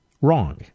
wrong